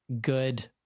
good